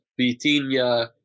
Vitinha